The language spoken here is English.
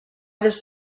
this